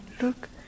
look